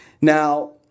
Now